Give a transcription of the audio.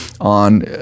on